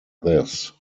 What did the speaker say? this